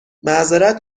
معذرت